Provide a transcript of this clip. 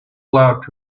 allowed